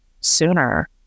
sooner